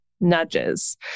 nudges